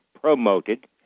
promoted